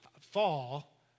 fall